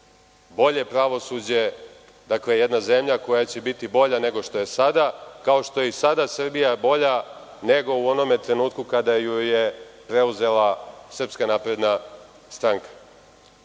bolje pravosuđe. Dakle, jedna zemlja koja će biti bolja nego što je sada, kao što je i sada Srbija bolja nego u onome trenutku kada ju je preuzela Srpska napredna stranka. Drugi